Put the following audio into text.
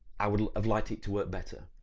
i would have liked it to work better'?